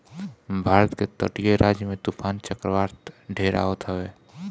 भारत के तटीय राज्य में तूफ़ान चक्रवात ढेर आवत हवे